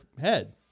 head